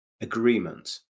agreement